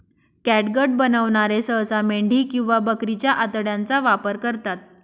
catgut बनवणारे सहसा मेंढी किंवा बकरीच्या आतड्यांचा वापर करतात